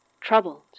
troubled